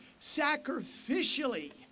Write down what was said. sacrificially